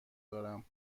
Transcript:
دارم